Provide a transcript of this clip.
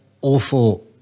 awful